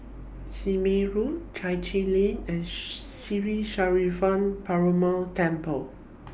Sime Road Chai Chee Lane and Sri Perumal Temple